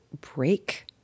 break